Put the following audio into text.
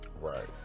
Right